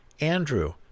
Andrew